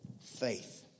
faith